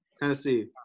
Tennessee